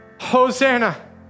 Hosanna